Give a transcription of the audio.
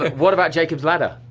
what about jacob's ladder,